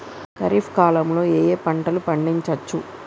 ఖరీఫ్ కాలంలో ఏ ఏ పంటలు పండించచ్చు?